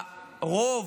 הרוב,